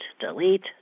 delete